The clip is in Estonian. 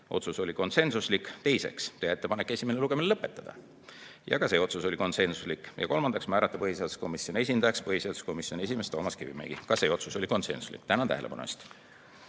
otsus oli konsensuslik –, teiseks, teha ettepanek esimene lugemine lõpetada – ka see otsus oli konsensuslik – ja kolmandaks, määrata põhiseaduskomisjoni esindajaks komisjoni esimees Toomas Kivimägi. Ka see otsus oli konsensuslik. Tänan tähelepanu